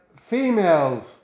females